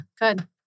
good